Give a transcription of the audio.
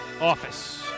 Office